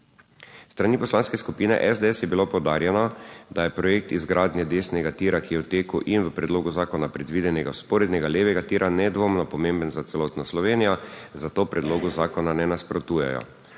strani Poslanske skupine SDS je bilo poudarjeno, da je projekt izgradnje desnega tira, ki je v teku in v predlogu zakona predvidenega vzporednega levega tira, nedvomno pomemben za celotno Slovenijo zato predlogu zakona ne nasprotujejo.